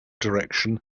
direction